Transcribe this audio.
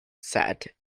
sad